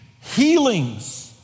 healings